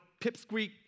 pipsqueak